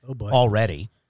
already